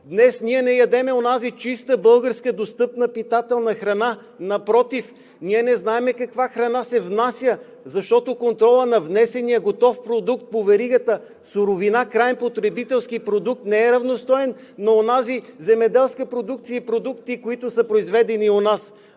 Днес ние не ядем онази чиста българска, достъпна, питателна храна. Напротив, ние не знаем каква храна се внася, защото контролът на внесения готов продукт по веригата суровина – краен потребителски продукт не е равностоен на онази земеделска продукция и продукти, които са произведени у нас,